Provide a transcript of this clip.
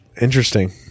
Interesting